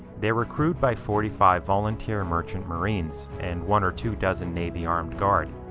they were crewed by forty five volunteer merchant mariner and one or two dozen navy armed guard.